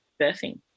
birthing